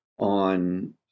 on